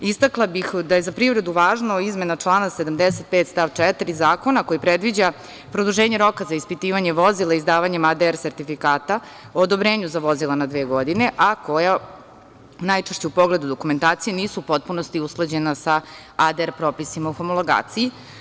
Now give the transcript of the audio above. Istakla bih da je za privredu važna izmena člana 75. stav 4. zakona koji predviđa produženje roka za ispitivanje vozila, izdavanje ADR sertifikata, odobrenju za vozila na dve godine, a koja najčešće u pogledu dokumentacije nisu u potpunosti usklađena sa ADR propisima u homologaciji.